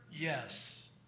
yes